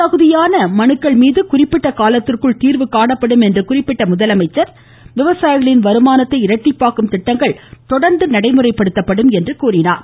தகுதியான மனுக்கள் மீது குறிப்பிட்ட காலத்திற்குள் தீர்வு காணப்படும் என்று குறிப்பிட்ட முதலமைச்சர் விவசாயிகளின் வருமானத்தை இரட்டிப்பாக்கும் திட்டங்கள் தொடர்ந்து செயல்படுத்தப்படும் என்றார்